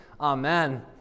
Amen